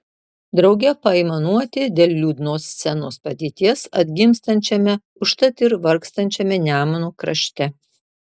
drauge paaimanuoti dėl liūdnos scenos padėties atgimstančiame užtat ir vargstančiame nemuno krašte